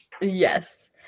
yes